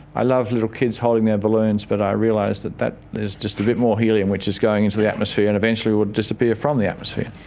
i love little kids holding their balloons but i realise that that is just a bit more helium which is going into the atmosphere and eventually will disappear from the atmosphere.